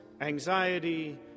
anxiety